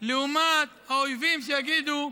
לעומת האויבים, שיגידו: